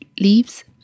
leaves